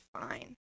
fine